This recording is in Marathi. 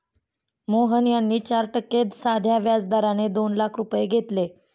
मोहन यांनी चार टक्के साध्या व्याज दराने दोन लाख रुपये घेतले